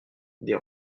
des